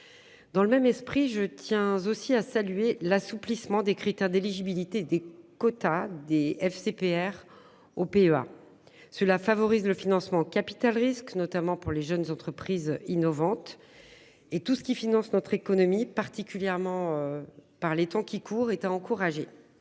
Dans le même esprit. Je tiens aussi à saluer l'assouplissement des critères d'éligibilité des quotas. FCPR au PEA. Cela favorise le financement capital-risque notamment pour les jeunes entreprises innovantes. Et tout ceux qui financent notre économie particulièrement. Par les temps qui courent est encourager.